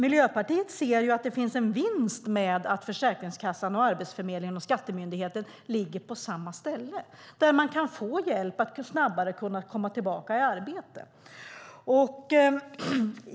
Miljöpartiet ser en vinst med att Försäkringskassan, Arbetsförmedlingen och skattemyndigheten ligger på samma ställe så att man kan få hjälp med att snabbare komma tillbaka i arbete.